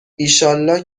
ایشالله